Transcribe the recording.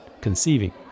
conceiving